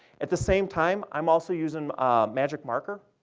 at the same time, i'm also using magicmarker,